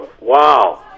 wow